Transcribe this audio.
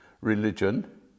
religion